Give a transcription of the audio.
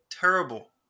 terrible